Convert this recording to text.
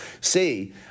see